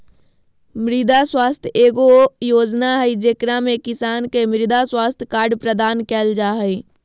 मृदा स्वास्थ्य एगो योजना हइ, जेकरा में किसान के मृदा स्वास्थ्य कार्ड प्रदान कइल जा हइ